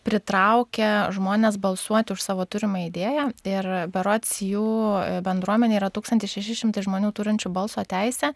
pritraukia žmones balsuoti už savo turimą idėją ir berods jų bendruomenė yra tūkstantis šeši šimtai žmonių turinčių balso teisę